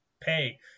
pay